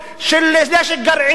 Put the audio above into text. של נשק גרעיני,